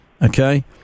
Okay